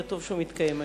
וטוב שהוא מתקיים היום.